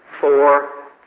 four